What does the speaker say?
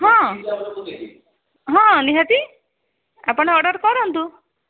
ହଁ ହଁ ନିହାତି ଆପଣ ଅର୍ଡ଼ର କରନ୍ତୁ